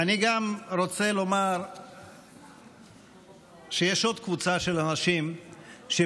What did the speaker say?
אני רוצה גם לומר שיש עוד קבוצה של אנשים שבלעדיהם